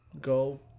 go